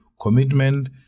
commitment